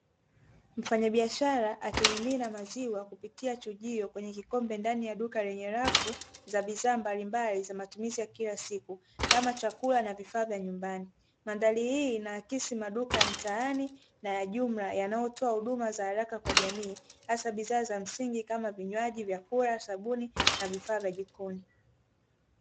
Mfanyabiashara akimimina maziwa kupitia chujio kwenye kikombe ndani ya duka lenye rafu, za bidhaa mbalimbali za matumizi ya kila siku, kama chakula na vifaa vya nyumbani. Madhari hii inaakisi maduka ya mtaani, na ya jumla yanayotoa za haraka kwa jamii, hasa bidhaa za msingi kama vinywaji, vyakula, sabuni na vifaa vya jikoni .